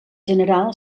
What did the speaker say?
general